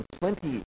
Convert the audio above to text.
plenty